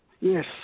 Yes